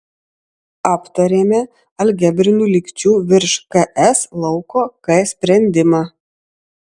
aptarėme algebrinių lygčių virš ks lauko k sprendimą